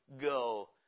go